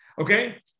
okay